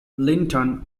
linton